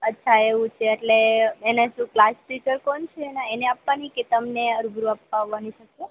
અચ્છા એવું છે એટલે એને શું ક્લાસ ટીચર કોણ છે એના એમને આપવાની કે તમને રૂબરૂ આપવા આવાની થશે